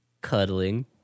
Cuddling